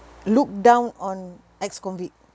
look down on ex-convict